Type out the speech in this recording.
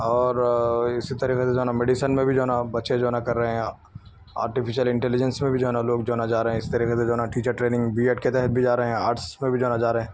اور اسی طریقے سے جو ہے نا میڈیسن میں بھی جو ہے نا بچے جو ہے نا کر رہے ہیں آرٹیفیشیل انٹلیجینس میں بھی جو ہے نا لوگ جو نا جا رہے ہیں نا اس طریقے سے جو ہے نا ٹیچر ٹرینینگ بی ایڈ کے تحت بھی جا رہے ہیں آرٹس میں بھی جو ہے نا جا رہے ہیں